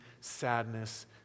sadness